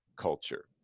culture